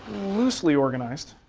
loosely organized.